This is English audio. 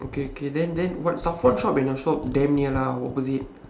okay okay then then what safan shop and your shop damn near lah opposite